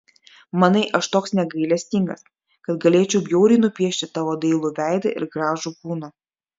manai aš toks negailestingas kad galėčiau bjauriai nupiešti tavo dailų veidą ir gražų kūną